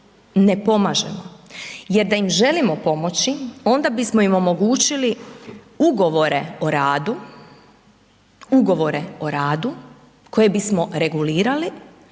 ne pomažemo jer da im želimo pomoći onda bismo im omogućili Ugovore o radu, Ugovore o radu koje bismo regulirali,